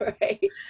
Right